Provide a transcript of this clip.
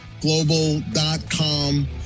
global.com